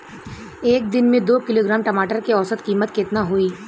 एक दिन में दो किलोग्राम टमाटर के औसत कीमत केतना होइ?